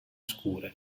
scure